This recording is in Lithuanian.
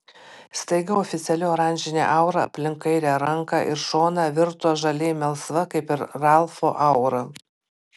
staiga oficiali oranžinė aura aplink kairę ranką ir šoną virto žaliai melsva kaip ir ralfo aura